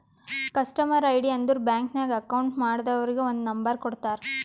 customer ID ಅಂದುರ್ bank ನಾಗ್ account ಮಾಡ್ದವರಿಗ್ ಒಂದ್ ನಂಬರ್ ಕೊಡ್ತಾರ್